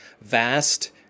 vast